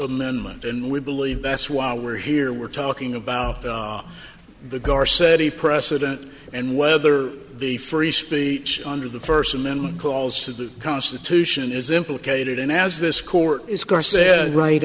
amendment and we believe that's why we're here we're talking about the garcia the precedent and whether the free speech under the first amendment calls to the constitution is implicated in as this court is gar said right